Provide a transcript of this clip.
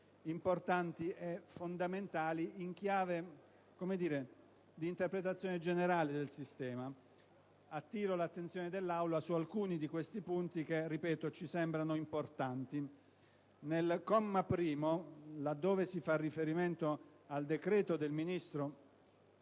importanti e fondamentali in chiave di interpretazione generale del sistema. Attiro l'attenzione dell'Aula su alcuni di questi punti che, ripeto, ci sembrano importanti. Al comma 1, dove si fa riferimento al decreto del Ministro